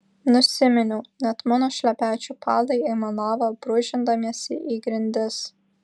nusiminiau net mano šlepečių padai aimanavo brūžindamiesi į grindis